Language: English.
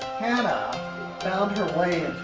hannah found her way